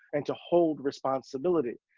and to hold responsibility.